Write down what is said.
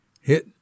hit